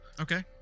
Okay